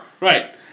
Right